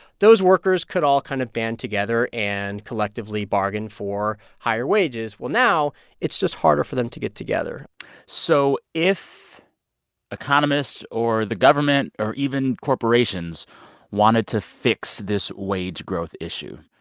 those workers could all kind of band together and collectively bargain for higher wages. well, now it's just harder for them to get together so if economists or the government or even corporations wanted to fix this wage growth issue,